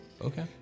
Okay